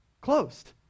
closed